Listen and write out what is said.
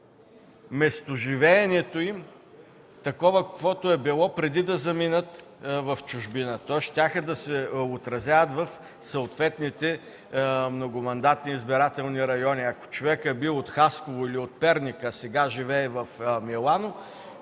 местоживеенето им, каквото е било преди да заминат в чужбина. Тоест щяха да се отразяват в съответните многомандатни избирателни райони. Ако човекът е бил от Хасково или от Перник, а сега живее в Милано,